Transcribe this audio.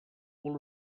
all